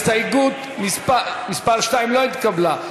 הסתייגות מס' 2 לא התקבלה.